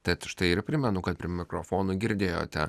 tad štai ir primenu kad prie mikrofono girdėjote